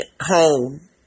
home